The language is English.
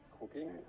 cooking